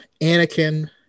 anakin